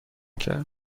کرد